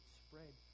spread